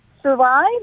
survive